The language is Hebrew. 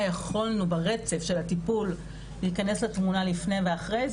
יכולנו ברצף של הטיפול להכנס לתמונה לפני ואחרי,